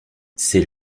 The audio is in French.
c’est